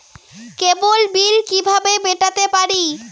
কেবল bill কিভাবে মেটাতে পারি?